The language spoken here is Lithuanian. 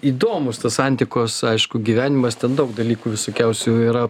įdomus tas antikos aišku gyvenimas ten daug dalykų visokiausių yra